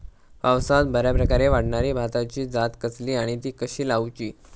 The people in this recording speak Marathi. पावसात बऱ्याप्रकारे वाढणारी भाताची जात कसली आणि ती कशी लाऊची?